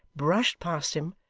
brushed past him,